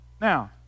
Now